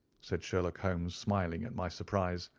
said sherlock holmes, smiling at my surprise.